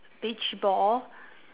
beach ball